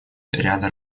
ряда